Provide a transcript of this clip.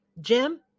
Jim